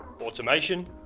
automation